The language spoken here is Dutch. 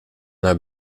naar